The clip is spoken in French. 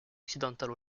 occidentale